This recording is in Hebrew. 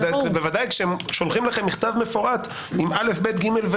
ודאי כששולחים לכם מכתב מפורט עם ארבעה סעיפים,